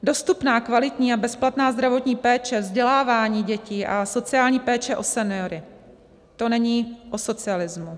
Dostupná kvalitní a bezplatná zdravotní péče, vzdělávání dětí a sociální péče o seniory, to není o socialismu.